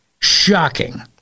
Shocking